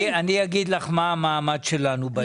אני אגיד לך מה המעמד שלנו בעניין.